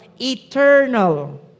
eternal